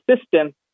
system